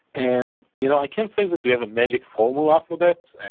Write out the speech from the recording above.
and you know i can't say that we have a magic formula for that.